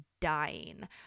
dying